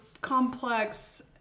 complex